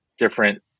Different